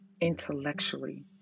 Intellectually